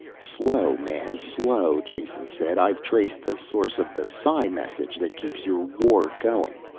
slow, man, slow, jason said. i've traced the source of the psi message that keeps your war going.